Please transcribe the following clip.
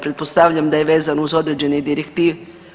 Pretpostavljam da je vezan uz određene direktive.